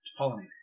pollinate